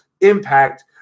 Impact